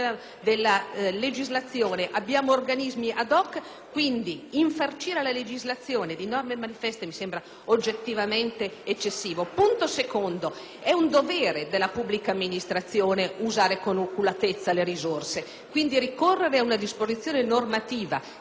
legislazione, un organismo *ad hoc,* quindi infarcire la legislazione di norme manifesto mi sembra oggettivamente eccessivo. In secondo luogo, è un dovere della pubblica amministrazione usare con oculatezza le risorse. Ricorrere ad una disposizione normativa che invita